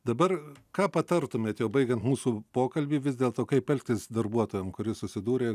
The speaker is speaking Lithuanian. dabar ką patartumėt jau baigiant mūsų pokalbį vis dėlto kaip elgtis darbuotojam kurie susidūrė